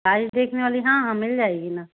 file देखने वाली हाँ हाँ मिल जाएगी ना